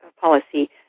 policy